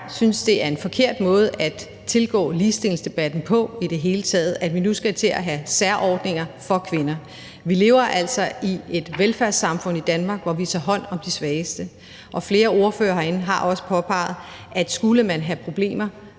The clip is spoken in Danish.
synes, det er en forkert måde at tilgå ligestillingsdebatten på i det hele taget, at vi nu skal til at have særordninger for kvinder. Vi lever altså i et velfærdssamfund i Danmark, hvor vi tager hånd om de svageste, og flere ordførere herinde har også påpeget, at skulle man have problemer